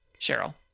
Cheryl